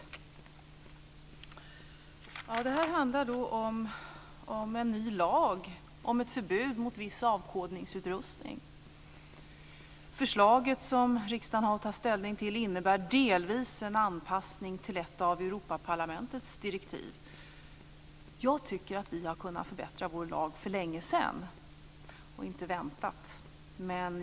Detta handlar om en ny lag om ett förbud mot viss avkodningsutrustning. Förslaget som riksdagen har att ta ställning till innebär delvis en anpassning till ett av Europaparlamentets direktiv. Jag tycker att vi hade kunnat förbättra vår lag för länge sedan och att vi inte skulle ha väntat.